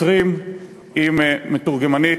שוטרים עם מתורגמנית.